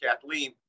Kathleen